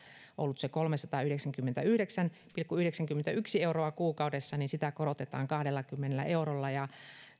ollut kolmesataayhdeksänkymmentäyhdeksän pilkku yhdeksänkymmentäyksi euroa kuukaudessa sitä korotetaan kahdellakymmenellä eurolla